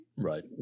Right